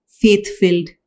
faith-filled